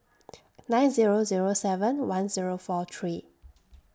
nine Zero Zero seven one Zero four three